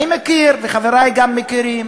אני מכיר, וחברי גם מכירים,